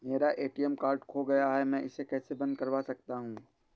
मेरा ATM card खो गया है मैं इसे कैसे बंद करवा सकता हूँ?